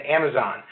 Amazon